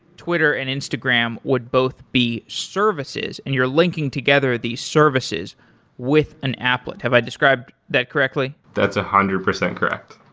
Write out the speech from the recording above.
twitter and instagram would both be services and you're linking together these services with and applet. have i described that correctly? that's one hundred percent correct.